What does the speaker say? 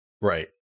right